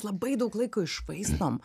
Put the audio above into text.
labai daug laiko iššvaistom